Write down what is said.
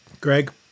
Greg